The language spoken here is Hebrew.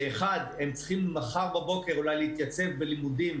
הם צריכים מחר בבוקר אולי להתייצב בלימודים